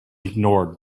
ignored